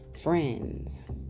friends